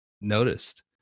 noticed